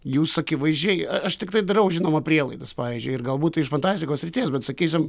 jūs akivaizdžiai aš tiktai darau žinoma prielaidas pavyzdžiui ir galbūt tai iš fantastikos srities bet sakysim